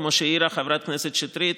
כמו שהעירה חברת הכנסת שטרית,